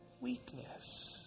weakness